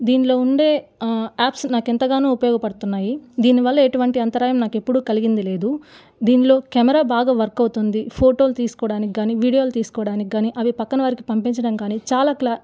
దీన్లో ఉండే యాప్స్ నాకు ఎంతగానో ఉపయోగపడుతున్నాయి దీని వల్ల ఎటువంటి అంతరాయం నాకు ఎప్పుడు కలిగింది లేదు దీనిలో కెమెరా బాగా వర్క్ అవుతుంది ఫోటోలు తీసుకోవడానికి కాని వీడియోలు తీసుకోవడానికి కాని అవి పక్కన వారికి పంపించడం కాని చాలా క్లా